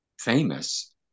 famous